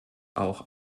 auch